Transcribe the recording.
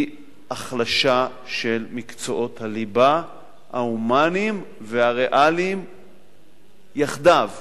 היא החלשה של מקצועות הליבה ההומניים והריאליים יחדיו.